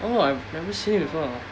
oh I've never seen it before